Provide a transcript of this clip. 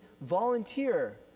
volunteer